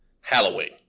Halloween